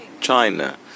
China